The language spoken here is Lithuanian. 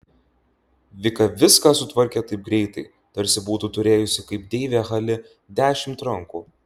vika viską sutvarkė taip greitai tarsi būtų turėjusi kaip deivė hali dešimt rankų